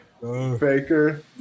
Faker